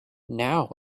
now